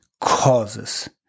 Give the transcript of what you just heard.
causes